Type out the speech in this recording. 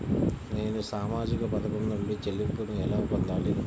నేను సామాజిక పథకం నుండి చెల్లింపును ఎలా పొందాలి?